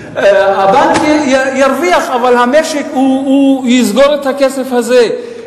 הבנק ירוויח, אבל המשק יסגור את הכסף הזה.